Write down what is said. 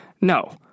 No